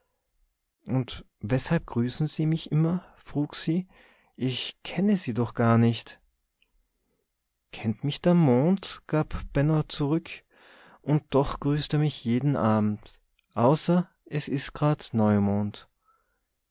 und weshalb grüßen sie mich immer frug sie ich kenne sie doch gar nicht kennt mich der mond gab benno zurück und doch grüßt er mich jeden abend außer es is grad neumond